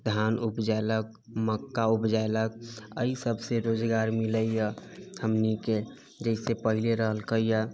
धान उपजेलक मक्का उपजेलक एहि सभसँ रोजगार मिलैया हमनिके जइसे पहिले रहलकै यऽ